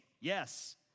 yes